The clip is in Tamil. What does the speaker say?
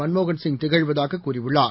மன்மோகன்சிங் திகழ்வதாக கூறியுள்ளார்